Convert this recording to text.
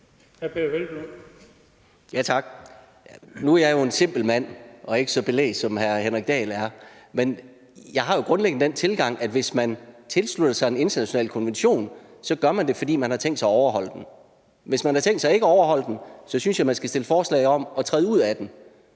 Peder Hvelplund (EL): Tak. Nu er jeg jo en simpel mand og ikke så belæst, som hr. Henrik Dahl er. Men jeg har jo grundlæggende den tilgang, at hvis man tilslutter sig en international konvention, gør man det, fordi man har tænkt sig at overholde den. Hvis man har tænkt sig ikke at overholde den, synes jeg, man skal stille forslag om at træde ud af den.